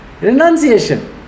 renunciation